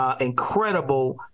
incredible